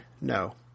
no